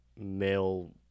male